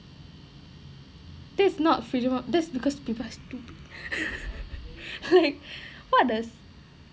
that's not freedom of that's because people are stupid